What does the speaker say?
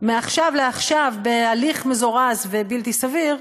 מעכשיו לעכשיו, בהליך מזורז ובלתי סביר,